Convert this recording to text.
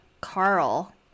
Carl